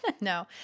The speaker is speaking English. No